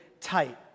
tight